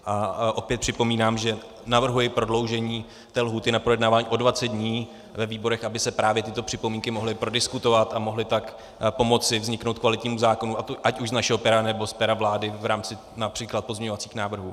A opět připomínám, že navrhuji prodloužení lhůty na projednávání o 20 dní ve výborech, aby se právě tyto připomínky mohly prodiskutovat a mohly tak pomoci vzniknout kvalitnímu zákonu ať už z našeho pera, nebo z pera vlády v rámci například pozměňovacích návrhů.